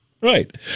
Right